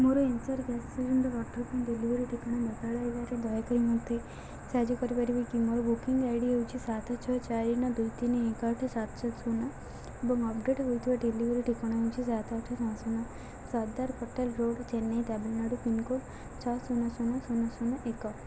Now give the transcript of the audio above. ମୋର NCR gas cylinder order ପାଇଁ delivery ଠିକଣା ବଦଳାଇବାରେ ଦୟାକରି ମୋତେ ସାହାଯ୍ୟ କରିପାରିବେ କି ମୋର ବୁକିଙ୍ଗ୍ ଆଇ ଡି ହେଉଛି ସାତ ଛଅ ଚାରି ନଅ ଦୁଇ ତିନି ଏକ ଆଠ ସାତ ସାତ ଶୂନ ଏବଂ ଅପଡ଼େଟ୍ ହୋଇଥିବା ଡେଲିଭରି ଠିକଣା ହେଉଛି ସାତ ଆଠ ନଅ ଶୂନ ସର୍ଦାର ପଟେଲ୍ ରୋଡ଼୍ ଚେନ୍ନାଇ ତାମିଲନାଡ଼ୁ ପିନକୋଡ଼୍ ଛଅ ଶୂନ ଶୂନ ଶୂନ ଶୂନ ଏକ